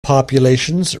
populations